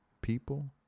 People